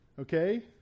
Okay